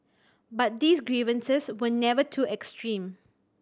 but these grievances were never too extreme